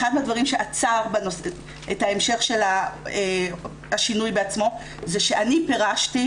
אחד מהדברים שעצר את המשך השינוי בעצמו זה שאני פירשתי,